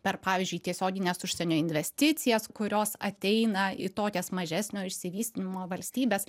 per pavyzdžiui tiesiogines užsienio investicijas kurios ateina į tokias mažesnio išsivystymo valstybes